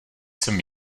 jsem